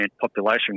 Population